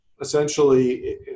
essentially